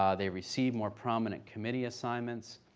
um they receive more prominent committee assignments,